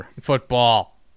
Football